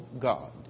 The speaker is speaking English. God